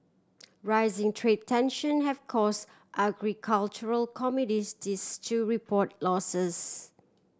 rising trade tension have cause agricultural report losses